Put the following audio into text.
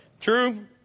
True